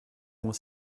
moins